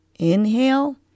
Inhale